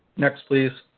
next, please.